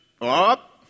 up